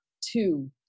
two